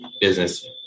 business